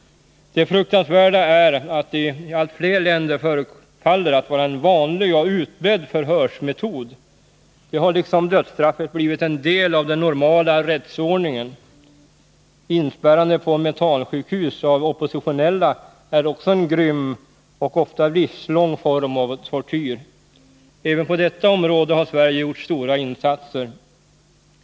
Det fruktansvärda är att tortyr i allt fler länder förefaller att vara en vanlig och utbredd förhörsmetod. Den har liksom dödsstraffet blivit en del av den normala rättsordningen. Inspärrande på mentalsjukhus av oppositionella är också en grym och ofta livslång form av tortyr. Även på detta område har Sverige gjort stora insatser.